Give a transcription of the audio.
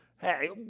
Hey